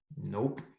Nope